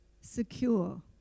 secure